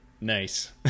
Nice